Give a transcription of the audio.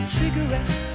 cigarettes